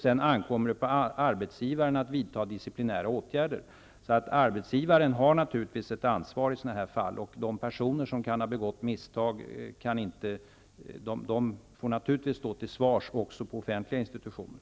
Därefter ankommer det på arbetsgivaren att vidtaga diciplinära åtgärder. Arbetsgivaren har naturligtvis ett ansvar i sådana här fall, och personer som arbetar på offentliga institutioner och som begår misstag får naturligtvis också stå till svars.